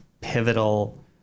pivotal